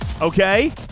Okay